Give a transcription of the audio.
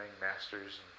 masters